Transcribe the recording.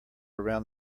around